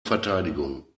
verteidigung